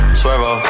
swervo